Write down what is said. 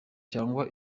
cyangwa